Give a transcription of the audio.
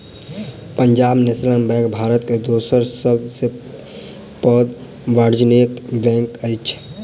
Punjab national bank Bharat के दोसर सब सॅ पैघ वाणिज्य बैंक अछि